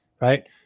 right